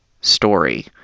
story